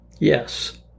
Yes